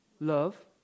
love